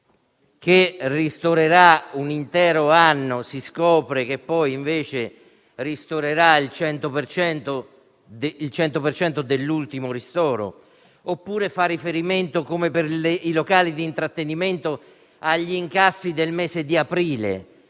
che ristorerà un intero anno, ma poi si scopre che invece ristorerà il 100 per cento dell'ultimo ristoro, oppure fa riferimento, come per i locali di intrattenimento, agli incassi del mese di aprile.